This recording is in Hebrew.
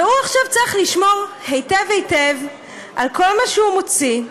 והוא עכשיו צריך לשמור היטב היטב על כל מה שהוא מוציא,